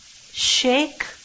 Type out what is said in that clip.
Shake